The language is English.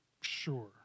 Sure